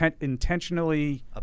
intentionally